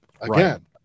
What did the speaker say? Again